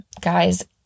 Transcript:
guys